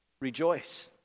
rejoice